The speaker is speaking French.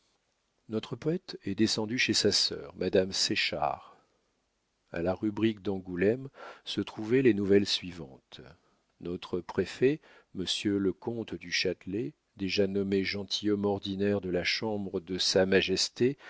notre poète est descendu chez sa sœur madame séchard a la rubrique d'angoulême se trouvaient les nouvelles suivantes notre préfet monsieur le comte du châtelet déjà nommé gentilhomme ordinaire de la chambre de s m